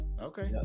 Okay